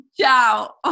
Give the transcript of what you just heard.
ciao